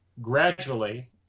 gradually